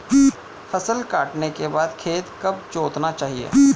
फसल काटने के बाद खेत कब जोतना चाहिये?